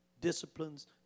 disciplines